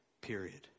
Period